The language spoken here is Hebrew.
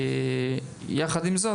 עם זאת,